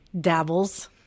dabbles